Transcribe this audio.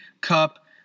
Cup